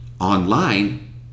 Online